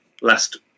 Last